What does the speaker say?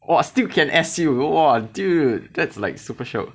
!wah! still can S_U !wah! dude that's like super shiok